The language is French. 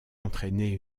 entrainé